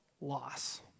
loss